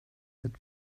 het